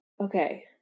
Okay